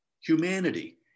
humanity